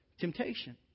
temptation